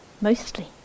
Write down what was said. mostly